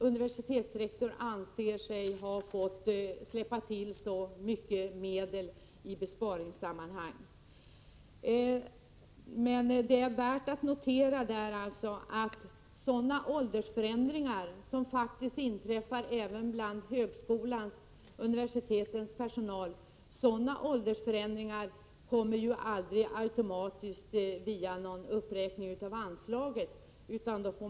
Universitetsrektorn anser sig ha fått släppa till mycket medel på grund av besparingar. Det är värt att notera att åldersförändringar som faktiskt inträffar även bland högskolans personal aldrig medför någon automatisk uppräkning av anslagen.